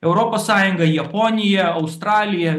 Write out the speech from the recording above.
europos sąjunga japonija australija